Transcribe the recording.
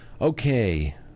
okay